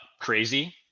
crazy